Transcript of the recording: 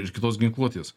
ir kitos ginkluotės